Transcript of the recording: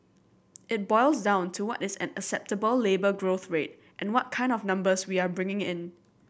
it boils down to what is an acceptable labour growth rate and what kind of numbers we are bringing in